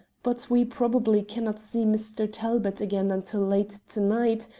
but we probably cannot see mr. talbot again until late to-night,